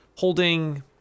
Holding